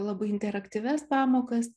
labai interaktyvias pamokas